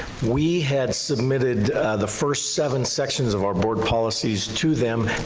we had submitted the first seven sections of our board policies to them,